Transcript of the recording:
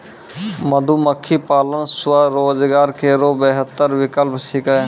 मधुमक्खी पालन स्वरोजगार केरो बेहतर विकल्प छिकै